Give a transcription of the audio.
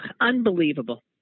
unbelievable